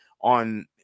on